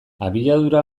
abiadura